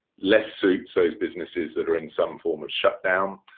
less suits those businesses that are in some form of shutdown.